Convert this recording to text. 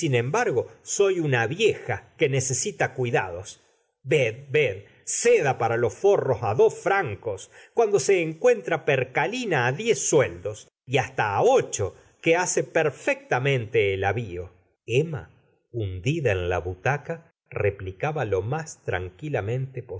embargo soy una vieja quenecesita cuidados ved ved seda para los forros á dos francos cuando se encuentra percalina á diez sueldos y hasta á ocho que hace perfectamente el avío emma hundida en la buta a replicaba lo más tranquilamente